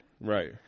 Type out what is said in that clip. Right